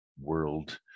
world